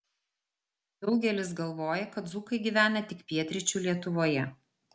daugelis galvoja kad dzūkai gyvena tik pietryčių lietuvoje